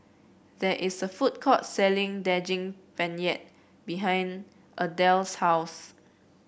there is a food court selling Daging Penyet behind Ardelle's house